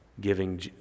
giving